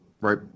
right